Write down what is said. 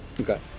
Okay